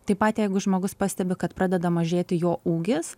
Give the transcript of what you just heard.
taip pat jeigu žmogus pastebi kad pradeda mažėti jo ūgis